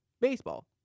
baseball